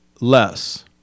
less